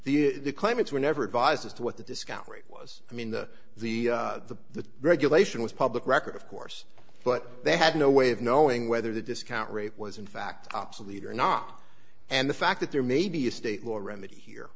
that the claimants were never advised as to what the discount rate was i mean the the the regulation was public record of course but they had no way of knowing whether the discount rate was in fact obsolete or not and the fact that there may be a state law remedy here